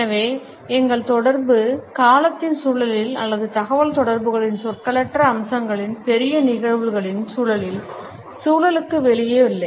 எனவே எங்கள் தொடர்பு காலத்தின் சூழலில் அல்லது தகவல்தொடர்புகளின் சொற்களற்ற அம்சங்களின் பெரிய நிகழ்வுகளின் சூழலில் சூழலுக்கு வெளியே இல்லை